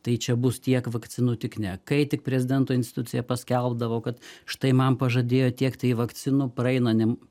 tai čia bus tiek vakcinų tik ne kai tik prezidento institucija paskelbdavo kad štai man pažadėjo tiek tai vakcinų praeina ne